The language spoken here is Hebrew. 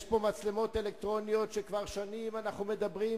יש מצלמות אלקטרוניות שכבר שנים אנחנו מדברים עליהן,